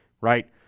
right